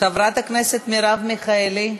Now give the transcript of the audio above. חברת הכנסת מרב מיכאלי,